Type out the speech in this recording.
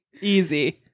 easy